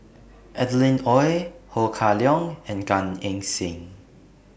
Adeline Ooi Ho Kah Leong and Gan Eng Seng